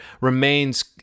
remains